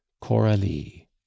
coralie